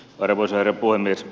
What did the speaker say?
arvoisa herra puhemies